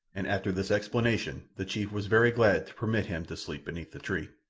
and after this explanation the chief was very glad to permit him to sleep beneath the tree.